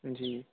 जी